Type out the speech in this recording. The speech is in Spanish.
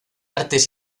artes